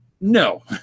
No